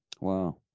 Wow